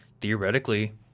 theoretically